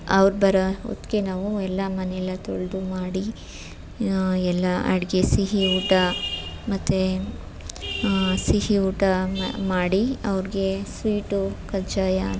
ಅವ್ರು ಬರೋ ಹೊತ್ತಿಗೆ ನಾವು ಎಲ್ಲ ಮನೆಯೆಲ್ಲ ತೊಳೆದು ಮಾಡಿ ಎಲ್ಲ ಅಡಿಗೆ ಸಿಹಿ ಊಟ ಮತ್ತು ಸಿಹಿ ಊಟ ಮಾಡಿ ಅವ್ರಿಗೆ ಸ್ವೀಟು ಕಜ್ಜಾಯ